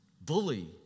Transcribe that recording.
bully